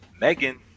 Megan